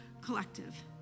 collective